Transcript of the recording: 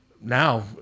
now